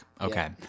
Okay